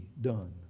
Done